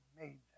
made